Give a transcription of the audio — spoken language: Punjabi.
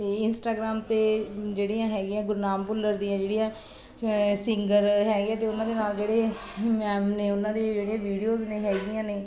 ਇਹ ਇੰਸਟਾਗਰਾਮ 'ਤੇ ਜਿਹੜੀਆਂ ਹੈਗੀਆਂ ਗੁਰਨਾਮ ਭੁੱਲਰ ਦੀਆਂ ਜਿਹੜੀਆਂ ਸਿੰਗਰ ਹੈਗੇ ਅਤੇ ਉਹਨਾਂ ਦੇ ਨਾਲ ਜਿਹੜੇ ਮੈਮ ਨੇ ਉਹਨਾਂ ਦੇ ਜਿਹੜੇ ਵੀਡੀਓਜ਼ ਨੇ ਹੈਗੀਆਂ ਨੇ